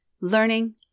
learning